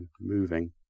moving